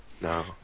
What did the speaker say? No